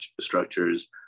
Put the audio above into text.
structures